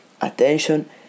attention